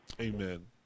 amen